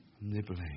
nibbling